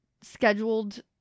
scheduled